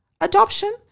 adoption